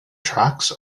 tracks